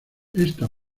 esta